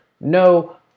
No